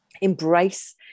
embrace